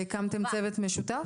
והקמתם צוות משותף?